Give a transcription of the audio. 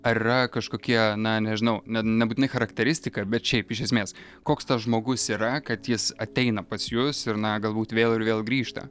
ar yra kažkokie na nežinau ne nebūtinai charakteristika bet šiaip iš esmės koks tas žmogus yra kad jis ateina pas jus ir na galbūt vėl ir vėl grįžta